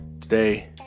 Today